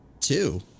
Two